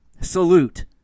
salute